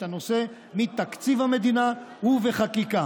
את הנושא מתקציב המדינה ובחקיקה.